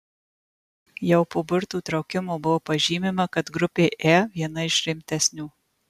jau po burtų traukimo buvo pažymima kad grupė e viena iš rimtesnių